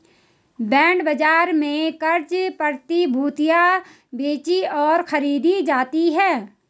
bond बाजार में क़र्ज़ प्रतिभूतियां बेचीं और खरीदी जाती हैं